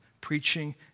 Preaching